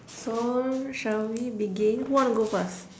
so shall we begin who want to go first